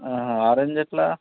orange ఎట్లా